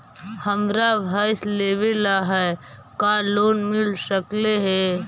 हमरा भैस लेबे ल है का लोन मिल सकले हे?